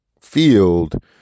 field